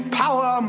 power